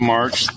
March